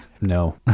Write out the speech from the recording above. No